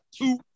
two